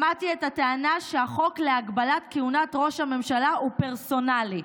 שמעתי את הטענה שהחוק להגבלת כהונת ראש הממשלה הוא פרסונלי.